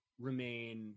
remain